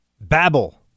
Babble